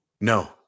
No